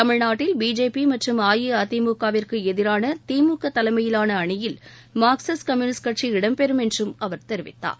தமிழ்நாட்டில் பிஜேபி மற்றும் அஇஅதிமுகவிற்கு எதிரான திமுக தலைமையிலான அணியில் மார்க்சிஸ்ட் கம்யூனிஸ்ட் கட்சி இடம்பெறும் என்றும் அவர் தெரிவித்தார்